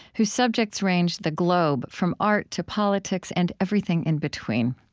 whose subjects range the globe from art to politics and everything in between.